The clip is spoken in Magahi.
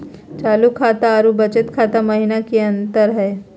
चालू खाता अरू बचत खाता महिना की अंतर हई?